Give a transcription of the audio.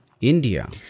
India